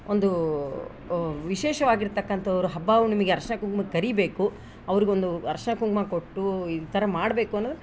ಒಂದು ವಿಶೇಷವಾಗಿರ್ತಕ್ಕಂಥವ್ರು ಹಬ್ಬ ಹುಣ್ಣಿಮೆಗೆ ಅರ್ಶಿಣ ಕುಂಕುಮಕ್ಕೆ ಕರೀಬೇಕು ಅವ್ರಿಗೊಂದು ಅರ್ಶಿಣ ಕುಂಕುಮ ಕೊಟ್ಟು ಈ ಥರ ಮಾಡಬೇಕು ಅನ್ನೋದನ್ನು